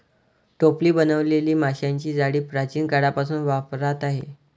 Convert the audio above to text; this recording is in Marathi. टोपली बनवलेली माशांची जाळी प्राचीन काळापासून वापरात आहे